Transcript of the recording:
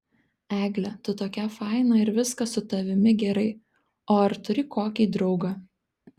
egle tu tokia faina ir viskas su tavimi gerai o ar turi kokį draugą